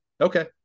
Okay